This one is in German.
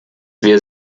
wir